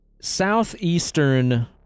southeastern